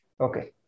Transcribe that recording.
Okay